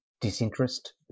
disinterest